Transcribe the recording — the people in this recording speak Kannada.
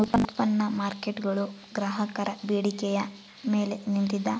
ಉತ್ಪನ್ನ ಮಾರ್ಕೇಟ್ಗುಳು ಗ್ರಾಹಕರ ಬೇಡಿಕೆಯ ಮೇಲೆ ನಿಂತಿದ